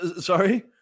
Sorry